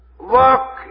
walk